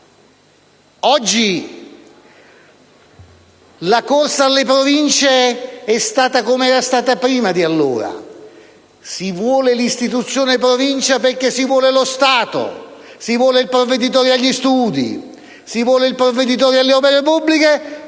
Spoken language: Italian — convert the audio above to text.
Oggi la corsa alle Province è stata com'era stata prima di allora, si vuole l'istituzione Provincia perché si vuole lo Stato, si vuole il provveditore agli studi, si vuole il provveditore alle opere pubbliche,